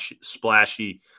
splashy